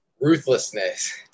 Ruthlessness